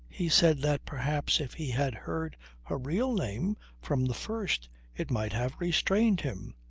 he said that perhaps if he had heard her real name from the first it might have restrained him.